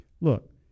look